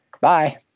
Bye